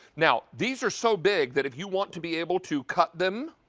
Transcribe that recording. now, these are so big that if you want to be able to cut them